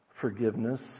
forgiveness